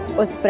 was but